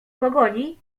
pogoni